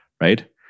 right